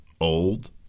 Old